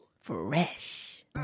Fresh